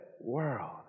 world